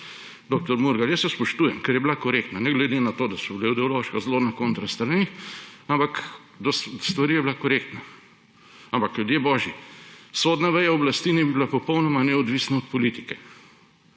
dr. Murgel, jaz jo spoštujem, ker je bila korektna, ne glede na to, da sva bila ideološko zelo na kontra straneh, ampak do stvari je bila korektna. Ampak ljudje božji, sodna veja oblasti naj bi bila popolnoma neodvisna od politike.